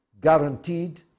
guaranteed